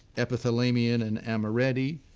epithalamion and amoretti,